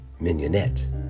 Mignonette